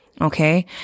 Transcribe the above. Okay